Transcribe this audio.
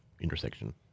intersection